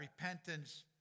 repentance